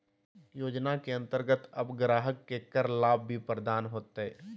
योजना के अंतर्गत अब ग्राहक के कर लाभ भी प्रदान होतय